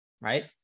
right